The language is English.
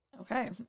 Okay